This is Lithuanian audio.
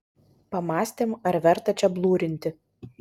pamąstėm ar verta čia blurinti